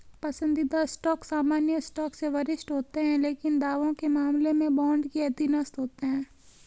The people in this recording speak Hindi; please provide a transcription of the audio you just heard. पसंदीदा स्टॉक सामान्य स्टॉक से वरिष्ठ होते हैं लेकिन दावों के मामले में बॉन्ड के अधीनस्थ होते हैं